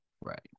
Right